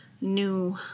new